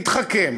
נתחכם.